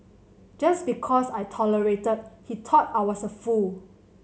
just because I tolerated he thought I was a fool